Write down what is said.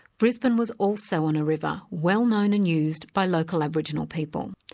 brisbane was also on a river well-known and used by local aboriginal people.